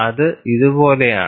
അത് ഇതുപോലെയാണ്